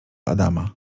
adama